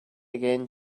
again